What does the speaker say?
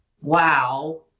wow